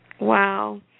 Wow